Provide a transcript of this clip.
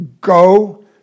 go